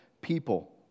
people